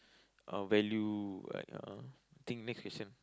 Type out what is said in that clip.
uh value like uh think next question